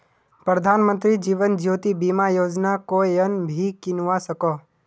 प्रधानमंत्री जीवन ज्योति बीमा योजना कोएन भी किन्वा सकोह